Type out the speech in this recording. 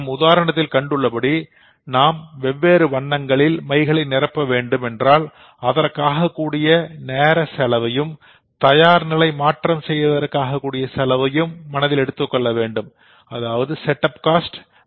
நம் உதாரணத்தில்கண்டுள்ள படி நாம் வெவ்வேறு வண்ணங்களில் மைகளை நிரப்பவேண்டும் என்றால் அதற்காக கூடிய நேர செலவையும் தயார்நிலை setup cost time மாற்றம் செய்வதற்கும் செலவு கட்டாயமாகும்